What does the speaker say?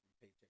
paycheck